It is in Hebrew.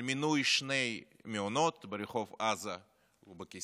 על מימון שני מעונות, ברחוב עזה ובקיסריה,